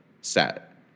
set